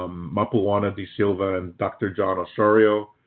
um mapuana de silva, and dr. jon osorio.